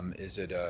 is it